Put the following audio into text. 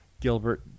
Gilbert